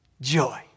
Joy